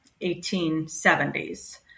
1870s